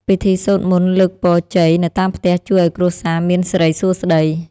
ពិធីសូត្រមន្តលើកពរជ័យនៅតាមផ្ទះជួយឱ្យគ្រួសារមានសិរីសួស្តី។